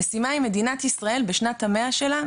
המשימה היא מדינת ישראל בשנת המאה שלה,